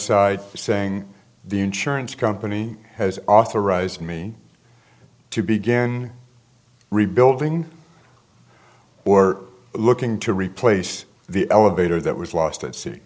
side saying the insurance company has authorized me to begin rebuilding or looking to replace the elevator that was lost at se